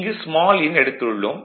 இங்கு small n எடுத்துள்ளோம்